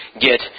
get